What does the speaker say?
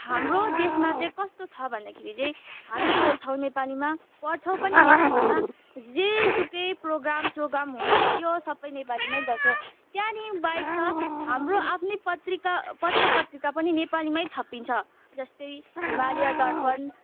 हाम्रो देशमा चाहिँ कस्तो छ भन्दाखेरि चाहिँ हामी बोल्छौँ नेपालीमा पढ्छौँ पनि नेपालीमा जे सुकै प्रोगाम स्रोगाम होस् त्यो सबै नेपालीमै गर्छौँ त्यहाँदेखि बाहेक त हाम्रो आफ्नै पत्रिका पत्र पत्रिका पनि नेपालीमै छापिन्छ जस्तै हिमालय दर्पण